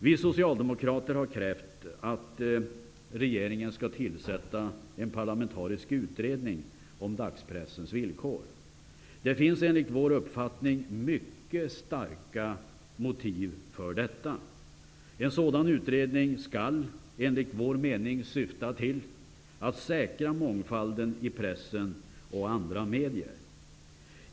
Vi socialdemokrater har krävt att regeringen skall tillsätta en parlamentarisk utredning om dagspressens villkor. Det finns enligt vår uppfattning mycket starka motiv för detta. En sådan utredning skall enligt vår mening syfta till att säkra mångfalden i pressen och andra medier.